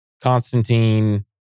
Constantine